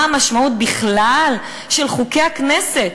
מה המשמעות בכלל של חוקי הכנסת?